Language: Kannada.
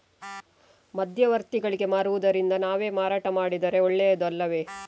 ಮಧ್ಯವರ್ತಿಗಳಿಗೆ ಮಾರುವುದಿಂದ ನಾವೇ ಮಾರಾಟ ಮಾಡಿದರೆ ಒಳ್ಳೆಯದು ಅಲ್ಲವೇ?